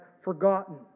forgotten